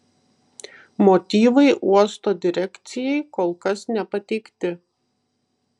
motyvai uosto direkcijai kol kas nepateikti